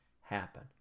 happen